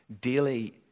daily